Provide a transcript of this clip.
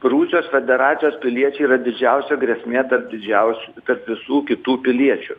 rusijos federacijos piliečiai yra didžiausia grėsmė tarp didžiausių tarp visų kitų piliečių